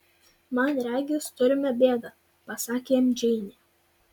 man regis turime bėdą pasakė jam džeinė